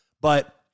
But-